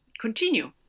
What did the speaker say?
continue